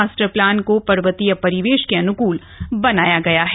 master plan को पर्वतीय परिवेश के अन्कुल बनाया गया है